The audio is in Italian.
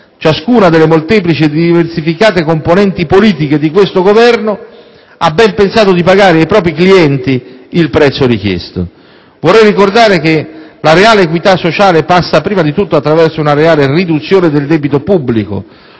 ciascuna delle molteplici e diversificate componenti politiche di questo Governo ha ben pensato di pagare ai propri "clienti" il prezzo richiesto. Vorrei ricordare che la reale equità sociale passa prima di tutto attraverso una reale riduzione del debito pubblico.